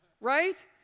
right